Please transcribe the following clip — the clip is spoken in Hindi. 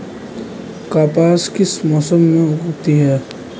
कपास किस मौसम में उगती है?